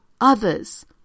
others